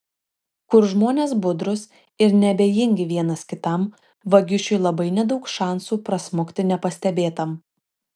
kur žmonės budrūs ir neabejingi vienas kitam vagišiui labai nedaug šansų prasmukti nepastebėtam